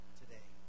today